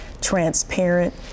transparent